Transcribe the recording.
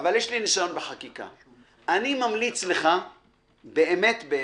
אבל יש לי ניסיון בחקיקה.